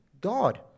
God